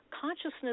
Consciousness